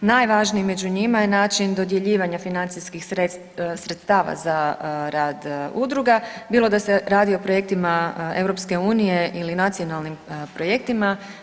Najvažniji među njima je način dodjeljivanja financijskih sredstava za rad udruga, bilo da se radi o projektima EU ili nacionalnim projektima.